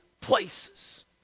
places